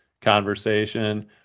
conversation